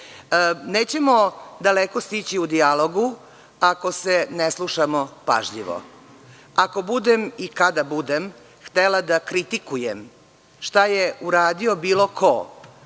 daleko stići u dijalogu ako se ne slušamo pažljivo. Ako budem i kada budem htela da kritikujem šta je uradio bilo ko